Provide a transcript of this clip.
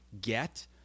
get